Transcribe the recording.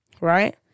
right